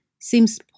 seems